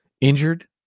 injured